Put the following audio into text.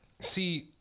See